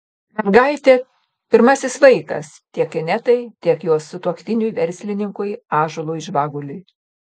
mergaitė pirmasis vaikas tiek inetai tiek jos sutuoktiniui verslininkui ąžuolui žvaguliui